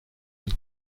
une